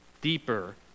deeper